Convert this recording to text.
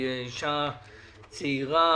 היא אישה צעירה